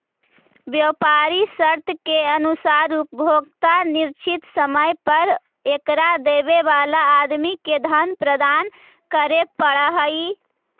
व्यापारी शर्त के अनुसार उपभोक्ता निश्चित समय पर एकरा देवे वाला आदमी के धन प्रदान करे पड़ऽ हई